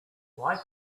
why